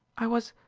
i was.